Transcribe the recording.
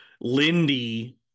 Lindy